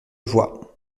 vois